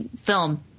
film